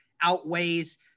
outweighs